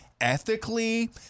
ethically